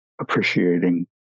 appreciating